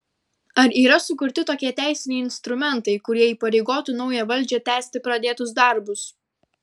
ar yra sukurti tokie teisiniai instrumentai kurie įpareigotų naują valdžią tęsti pradėtus darbus